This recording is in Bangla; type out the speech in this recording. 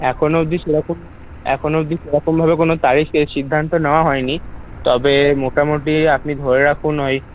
এখনও অবধি সেরকম এখনও অবধি সেরকমভাবে কোনও তারিখের সিদ্ধান্ত নেওয়া হয়নি তবে মোটামোটি আপনি ধরে রাখুন ওই